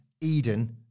Eden